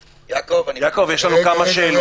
יעקב, יש לנו כמה שאלות.